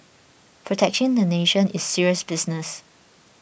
protecting the nation is serious business